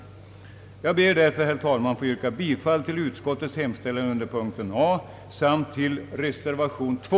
Jag ber, herr talman, att få yrka bifall till utskottets hemställan under punkten A och till reservation 2.